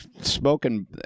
smoking